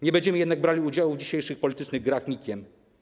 Nie będziemy jednak brali udziału w dzisiejszych politycznych grach NIK-iem.